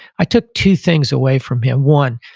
i took two things away from him. one,